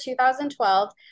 2012